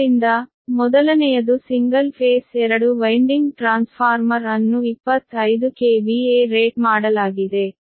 ಆದ್ದರಿಂದ ಮೊದಲನೆಯದು single phase ಎರಡು ವೈನ್ಡಿಂಗ್ ಟ್ರಾನ್ಸ್ಫಾರ್ಮರ್ ಅನ್ನು 25 KVA ರೇಟ್ ಮಾಡಲಾಗಿದೆ